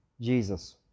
Jesus